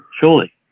Surely